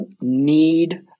need